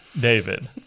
David